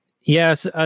yes